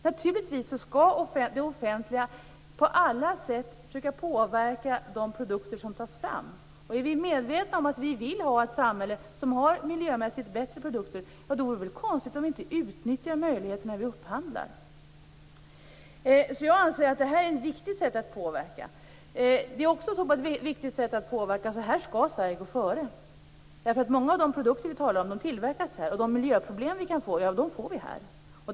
Naturligtvis skall det offentliga på alla sätt försöka påverka de produkter som tas fram. Är vi medvetna om att vi vill ha ett samhälle som har miljömässigt bättre produkter är det väl konstigt om vi inte utnyttjar möjligheterna vid upphandling. Jag anser att detta är ett viktigt sätt att påverka. Det är ett så pass viktigt sätt att påverka att här skall Sverige gå före. Många av de produkter som vi talar om tillverkas ju här. Och de miljöproblem som vi kan få får vi här.